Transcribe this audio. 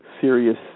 serious